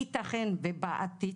יתכן ובעתיד